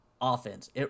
offense